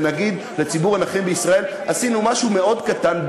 ונגיד לציבור הנכים בישראל: עשינו משהו מאוד קטן,